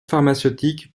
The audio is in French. pharmaceutique